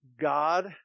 God